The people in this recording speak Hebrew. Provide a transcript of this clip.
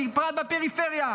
בפרט בפריפריה,